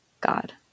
God